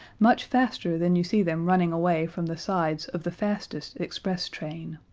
much faster than you see them running away from the sides of the fastest express train.